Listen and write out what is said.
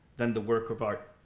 than the work of art.